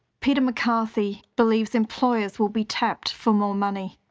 peter mccarthy believes employers will be tapped for more money.